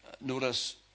Notice